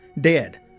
dead